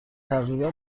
تقریبا